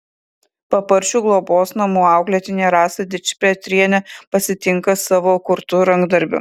paparčių globos namų auklėtinė rasą dičpetrienę pasitinka savo kurtu rankdarbiu